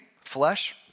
flesh